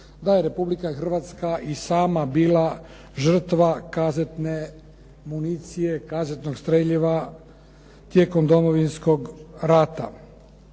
da je Republika Hrvatska i sama bila žrtva kazetne municije, kazetnog streljiva tijekom Domovinskog rata.